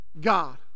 God